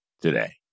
today